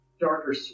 darker